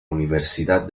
universidad